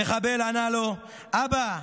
המחבל ענה לו: אבא,